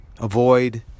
avoid